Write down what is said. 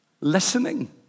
listening